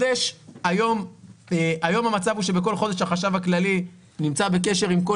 היום המצב הוא שבכל חודש החשב הכללי נמצא בקשר עם כל